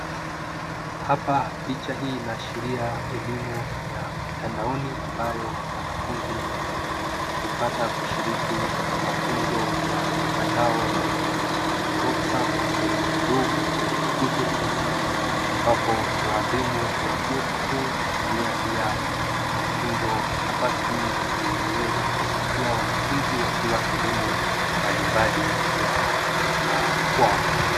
Hapa picha hii inaashiria elimu ya mtandaoni ambayo wanafunzi hupata kushiriki mafunzo ya mitandao kwenye Whatsapp kwenye Zoom kwenye Google Meet ambapo walimu wa vyuo vikuu hutumia pia nafasi hii kuwafikia wanafunzi wakiwa sehemu mbalimbali ya makwao.